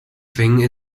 thing